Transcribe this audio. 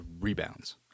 rebounds